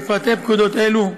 את פרטי הפקודות הללו.